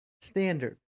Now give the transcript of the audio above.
standard